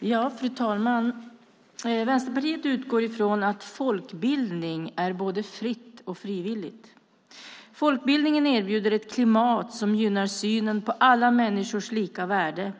Fru talman! Vänsterpartiet utgår från att folkbildning är både fritt och frivilligt. Folkbildningen erbjuder ett klimat som gynnar alla människors lika värde,